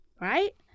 Right